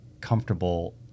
comfortable